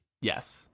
Yes